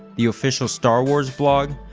the official star wars blog,